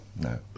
no